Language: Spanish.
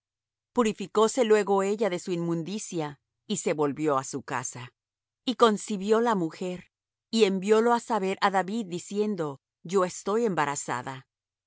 ella purificóse luego ella de su inmundicia y se volvió á su casa y concibió la mujer y enviólo á hacer saber á david diciendo yo estoy embarazada